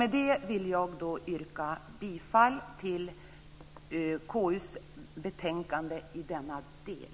Med det vill jag yrka på godkännande av utskottets anmälan i denna del.